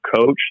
coach